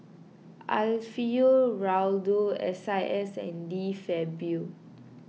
Alfio Raldo S I S and De Fabio